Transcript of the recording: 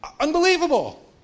Unbelievable